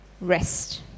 rest